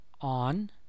On